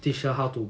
teach her how to